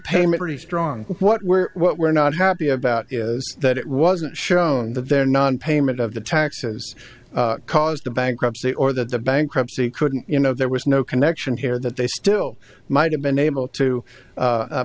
nonpayment really strong what we're what we're not happy about that it wasn't shown that their non payment of the taxes caused the bankruptcy or that the bankruptcy couldn't you know there was no connection here that they still might have been able to